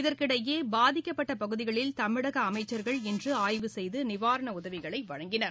இதற்கிடையே பாதிக்கப்பட்ட பகுதிகளில் தமிழக அமைச்சா்கள் இன்று ஆய்வு செய்து நிவாரண உதவிகளை வழங்கினர்